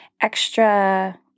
extra